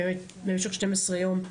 במשך 12 ימים,